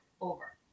Over